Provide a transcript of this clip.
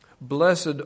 Blessed